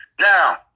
Now